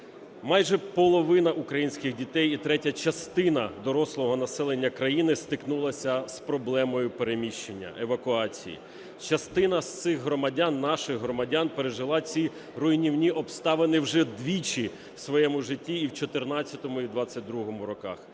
Майже половина українських дітей і третя частина дорослого населення країни стикнулася з проблемою переміщення, евакуації. Частина з цих громадян, наших громадян, пережила ці руйнівні обставини вже двічі в своєму житті: і в 2014-му, і в 2022-му роках.